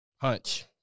punch